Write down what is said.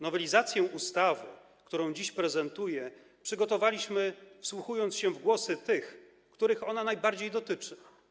Nowelizację ustawy, którą dziś prezentuję, przygotowaliśmy, wsłuchując się w głosy tych, których ona najbardziej dotyczy.